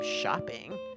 shopping